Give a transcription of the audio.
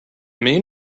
mean